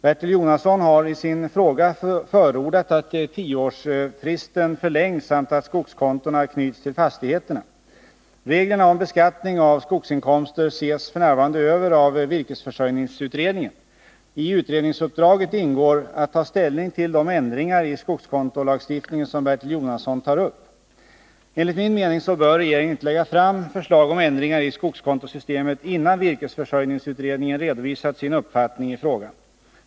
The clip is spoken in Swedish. Bertil Jonasson har i sin fråga 17 förordat att tioårsfristen förlängs samt att skogskontona knyts till fastigheterna. Reglerna om beskattning av skogsinkomster ses f. n. över av virkesförsörjningsutredningen. I utredningsuppdraget ingår att ta ställning till de ändringar i skogskontolagstiftningen som Bertil Jonasson tar upp. Enligt min mening bör regeringen inte lägga fram förslag om ändringar i skogskontosystemet innan virkesförsörjningsutredningen redovisat sin uppfattning i frågan.